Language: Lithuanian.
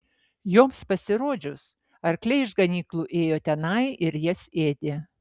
joms pasirodžius arkliai iš ganyklų ėjo tenai ir jas ėdė